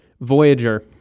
Voyager